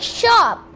shop